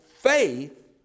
faith